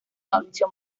mauricio